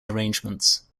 arrangements